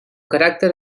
caràcter